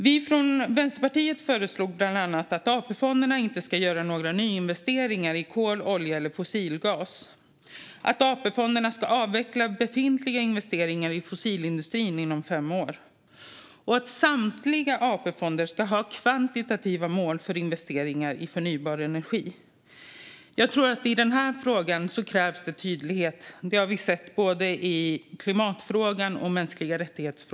Vi från Vänsterpartiet föreslog bland annat att AP-fonderna inte ska göra några nyinvesteringar i kol, olja eller fossilgas, att AP-fonderna ska avveckla befintliga investeringar i fossilindustrin inom fem år och att samtliga AP-fonder ska ha kvantitativa mål för investeringar i förnybar energi. Jag tror att det krävs tydlighet här. Det har vi sett både i klimatfrågan och i frågan om mänskliga rättigheter.